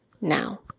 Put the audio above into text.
now